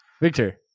Victor